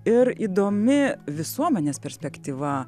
ir įdomi visuomenės perspektyva